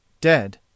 dead